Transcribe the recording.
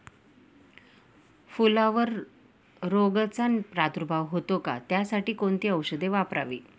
फुलावर रोगचा प्रादुर्भाव होतो का? त्यासाठी कोणती औषधे वापरावी?